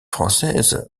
française